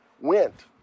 went